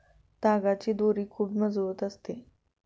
तागाची दोरी खूप मजबूत असते